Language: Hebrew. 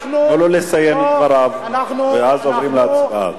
תנו לו לסיים את דבריו, ואז נעבור להצבעה.